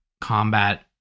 combat